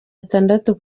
atandatu